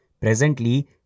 Presently